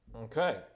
okay